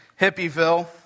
Hippieville